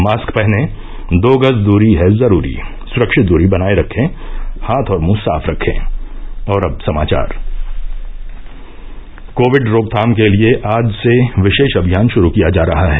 mask पहनें दो गज दूरी है जरूरी सुरक्षित दूरी बनाये रखें हाथ और मुंह साफ रखे कोविड रोकथाम के लिए आज से विशेष अभियान शुरु किया जा रहा है